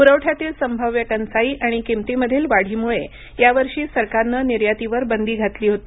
पुरवठ्यातील संभाव्य टंचाई आणि किमतीमधील वाढीमुळे यावर्षी सरकारनं निर्यातीवर बंदी घातली होती